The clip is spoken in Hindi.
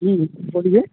बोलिए